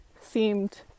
seemed